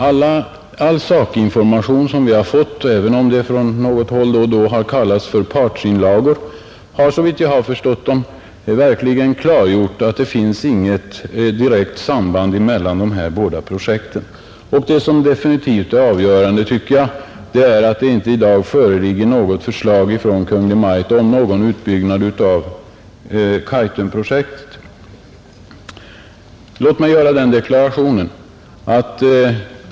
All sakinformation vi fått — låt vara att denna på något håll kallats för partsinlagor — har, såvitt jag förstår, verkligen klargjort att det inte finns något direkt samband mellan dessa båda projekt. Vad jag anser vara definitivt avgörande är att det i dag inte föreligger något förslag från Kungl. Maj:t om en utbyggnad av Kaitum. Låt mig göra en deklaration!